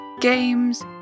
games